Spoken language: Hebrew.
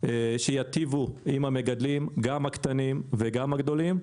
שייטיבו עם המגדלים, גם הקטנים וגם הגדולים,